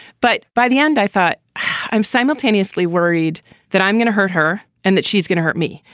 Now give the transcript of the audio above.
but by the end, i thought i'm simultaneously worried that i'm gonna hurt her and that she's gonna hurt me.